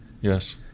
Yes